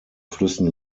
flüssen